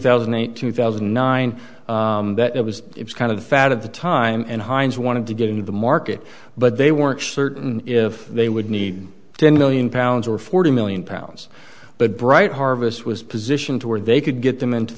thousand and eight two thousand and nine that it was kind of a fad of the time and heinz wanted to get into the market but they weren't certain if they would need ten million pounds or forty million pounds but bright harvest was positioned to where they could get them into